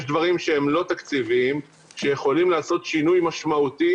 יש דברים שהם לא תקציביים שיכולים לעשות שינוי משמעותי